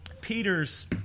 Peter's